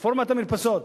רפורמת המרפסות.